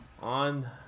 On